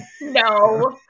no